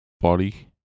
body